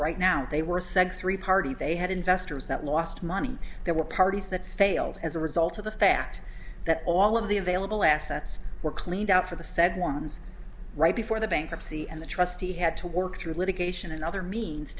right now they were said three party they had investors that lost money there were parties that failed as a result of the fact that all of the available assets were cleaned out for the said mormons right before the bankruptcy and the trustee had to work through litigation and other means